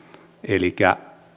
elikkä